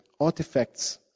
artifacts